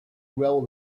grow